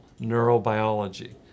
neurobiology